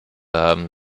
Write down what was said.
haben